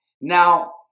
Now